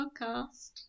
podcast